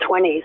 20s